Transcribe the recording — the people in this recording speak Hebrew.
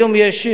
היום יש,